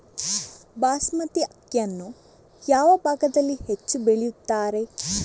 ಬಾಸ್ಮತಿ ಅಕ್ಕಿಯನ್ನು ಯಾವ ಭಾಗದಲ್ಲಿ ಹೆಚ್ಚು ಬೆಳೆಯುತ್ತಾರೆ?